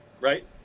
right